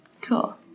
Cool